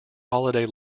holiday